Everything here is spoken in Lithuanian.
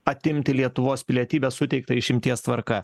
atimti lietuvos pilietybę suteiktą išimties tvarka